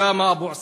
אוסאמה אבו עסידה,